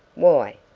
why?